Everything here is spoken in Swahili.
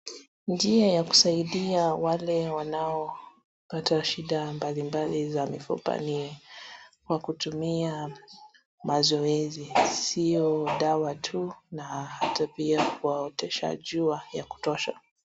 Njia ya kusaidia wale wanaopata shida mbalimbali za mifupa ni kwa kutumia mazoezi sio dawa tu na hata pia kuwaotesha jua ya kutosha.